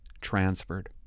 Transferred